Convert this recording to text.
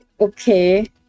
okay